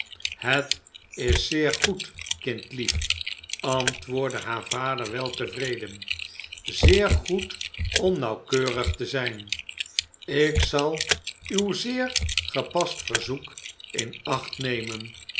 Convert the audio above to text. het is zeer goed kindlief antwoordde haar vader weltevreden zeer goed om nauwkeurig te zijn ik zal uw zeer gepast verzoek in acht nemen